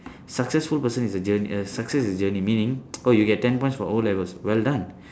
successful person is a journey a success is journey meaning oh you get ten points for O-levels well done